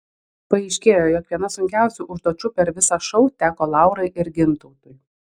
paaiškėjo jog viena sunkiausių užduočių per visą šou teko laurai ir gintautui